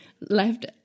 left